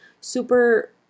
super